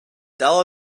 dull